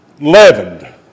leavened